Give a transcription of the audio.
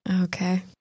Okay